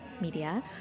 media